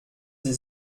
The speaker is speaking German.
sie